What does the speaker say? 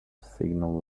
signal